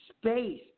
space